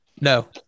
No